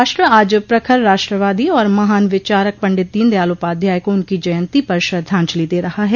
राष्ट्र आज प्रखर राष्ट्रवादी और महान विचारक पंडित दीनदयाल उपाध्याय को उनकी जयंती पर श्रद्धांजलि दे रहा है